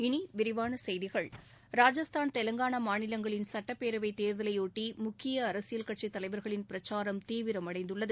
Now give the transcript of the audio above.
இனி விரிவான செய்திகள் ராஜஸ்தான் தெவங்கானா மாநிலங்களின் சட்டப் பேரவைத் தேர்தலை ஒட்டி முக்கிய அரசியல் கட்சித் தலைவா்களின் பிரச்சாரம் தீவிரவமடைந்துள்ளது